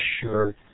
sure